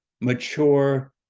mature